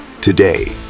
Today